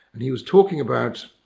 and he was talking about